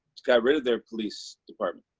got rid of their police department.